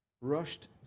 Rushed